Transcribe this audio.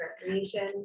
recreation